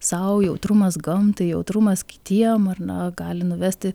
sau jautrumas gamtai jautrumas kitiem ar na gali nuvesti